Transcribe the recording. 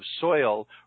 soil